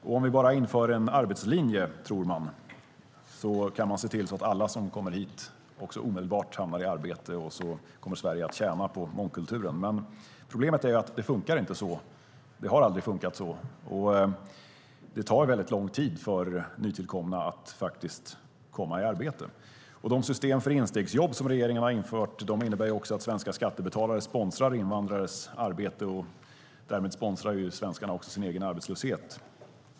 Om vi bara inför en arbetslinje, tror man, kan vi se till att alla som kommer hit också omedelbart hamnar i arbete, och så kommer Sverige att tjäna på mångkulturen. Problemet är ju att det inte funkar så. Det har aldrig funkat så. Det tar väldigt lång tid för nytillkomna att faktiskt komma i arbete. De system för instegsjobb som regeringen har infört innebär ju också att svenska skattebetalare sponsrar invandrares arbete, och därmed sponsrar svenskarna också sin egen arbetslöshet.